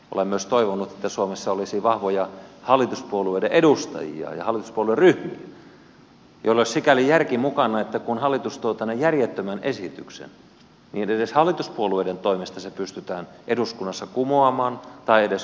olen myös toivonut että suomessa olisi vahvoja hallituspuolueiden edustajia ja hallituspuolueryhmiä joilla olisi sikäli järki mukana että kun hallitus tuo tänne järjettömän esityksen niin edes hallituspuolueiden toimesta se pystytään eduskunnassa kumoamaan tai edes korjaamaan ja parantamaan